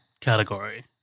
category